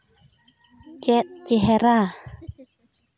ᱪᱮᱫ ᱪᱮᱦᱮᱨᱟ